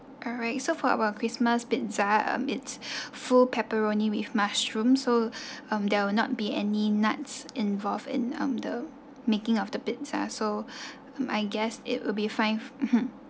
alright so for our christmas pizza um it's full pepperoni with mushroom so um there will not be any nuts involved in um the making of the pizzas so I guess it will be fine mmhmm